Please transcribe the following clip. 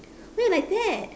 why you like that